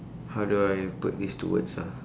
how do I put this to words ah